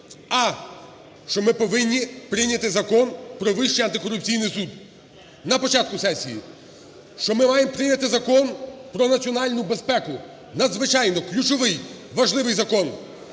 а) що ми повинні прийняти Закон "Про Вищий антикорупційний суд" на початку сесії, що ми маємо прийняти Закон "Про національну безпеку" – надзвичайно ключовий важливий закон,